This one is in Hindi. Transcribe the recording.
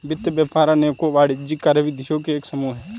वित्त व्यापार अनेकों वाणिज्यिक कार्यविधियों का एक समूह है